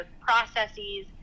processes